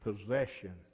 POSSESSION